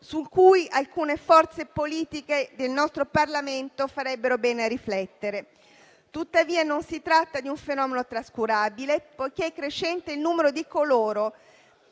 su cui alcune forze politiche del nostro Parlamento farebbero bene a riflettere. Non si tratta, tuttavia, di un fenomeno trascurabile, poiché è crescente il numero di coloro